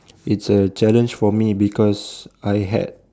it's a challenge for me because I had